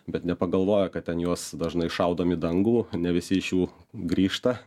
bet nepagalvoja kad ten juos dažnai šaudom į dangų ne visi iš jų grįžta